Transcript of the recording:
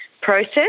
process